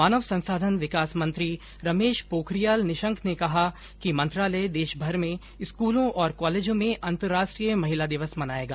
मानव संसाधन विकास मंत्री रमेश पोखरियाल निशंक ने कहा है कि मंत्रालय देशभर के स्कूलों और कॉलेजों में अंतरराष्ट्रीय महिला दिवस मनाएगा